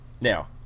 Now